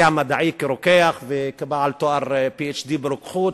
המדעי כרוקח וכבעל תואר Ph.D. ברוקחות,